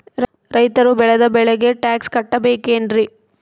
ರೈತರು ಬೆಳೆದ ಬೆಳೆಗೆ ಟ್ಯಾಕ್ಸ್ ಕಟ್ಟಬೇಕೆನ್ರಿ?